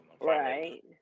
Right